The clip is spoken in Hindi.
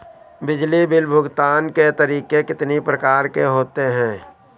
बिजली बिल भुगतान के तरीके कितनी प्रकार के होते हैं?